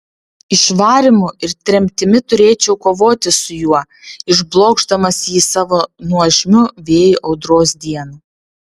išvarymu ir tremtimi turėčiau kovoti su juo išblokšdamas jį savo nuožmiu vėju audros dieną